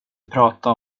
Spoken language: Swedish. prata